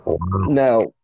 now